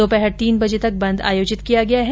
दोपहर तीन बजे तक बंद आयोजित किया गया है